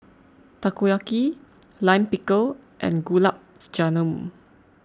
Takoyaki Lime Pickle and Gulab Jamun